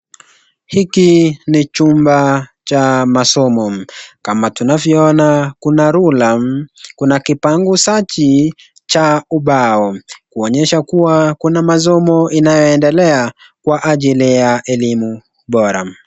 Hiki ni chumba cha masomo kama tunavyoona kuna ruller ,kuna kipanguzaji cha ubao kuonyesha kuwa, kuna masomo inayoendelea kwa ajili ya elimu bora.